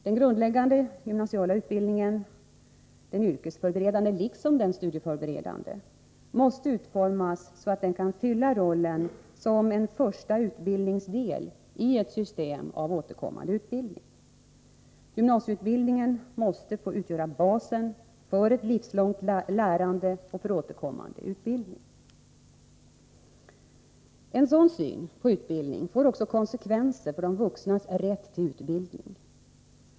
Den grundläggande gymnasiala utbildningen — den yrkesförberedande liksom den studieförberedande — måste utformas så, att den kan fylla rollen som en första utbildningsdel i ett system av återkommande utbildning. Gymnasieutbildningen måste få utgöra basen för ett livslångt lärande och för återkommande utbildning. En sådan syn på utbildning får också konsekvenser för de vuxnas rätt till utbildning.